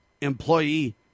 employee